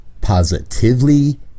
Positively